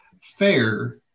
Fair